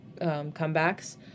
comebacks